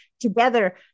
together